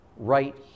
right